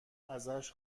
ازش